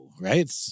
right